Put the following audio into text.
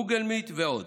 Google-Meet ועוד.